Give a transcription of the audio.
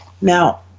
Now